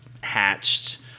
hatched